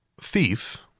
thief